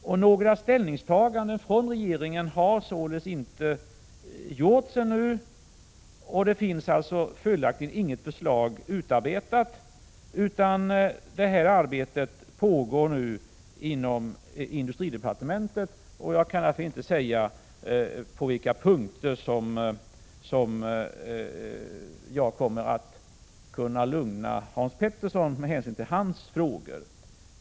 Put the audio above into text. Regeringen har således ännu inte gjort några ställningstaganden, och det har följaktligen inte utarbetats något förslag. Arbetet pågår nu inom industridepartementet, och jag kan därför inte säga på vilka punkter som jag kommer att kunna lugna Hans Petersson i Hallstahammar med hänsyn till hans frågor.